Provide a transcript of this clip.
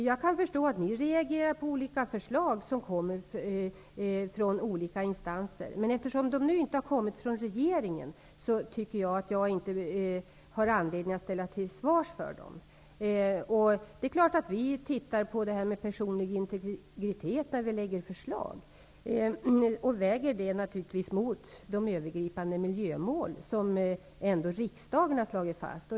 Jag kan förstå att ni reagerar på förslag som kommer från olika instanser. Men eftersom de inte har kommit från regeringen tycker jag inte att jag behöver ställas till svars för dem. Vi tittar naturligtvis på frågan om personlig integritet när vi lägger ett förslag och väger den mot de övergripande miljömål som riksdagen har slagit fast.